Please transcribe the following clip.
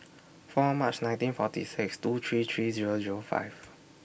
four March nineteen forty six two three three Zero Zero five